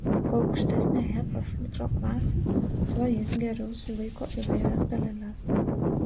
kuo aukštesnė hepa filtro klasė tuo jis geriau sulaiko įvairias daleles